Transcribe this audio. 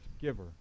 giver